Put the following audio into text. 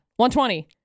120